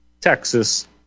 Texas